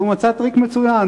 אז הוא מצא טריק מצוין,